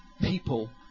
people